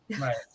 Right